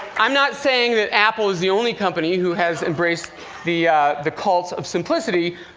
i'm not saying that apple is the only company who has embraced the the cult of simplicity.